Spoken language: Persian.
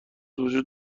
وجود